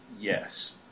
Yes